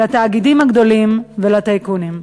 לתאגידים הגדולים ולטייקונים.